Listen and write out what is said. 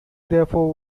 therefore